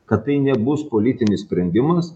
kad tai nebus politinis sprendimas